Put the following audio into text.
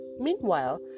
Meanwhile